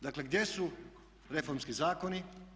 Dakle, gdje su reformski zakoni?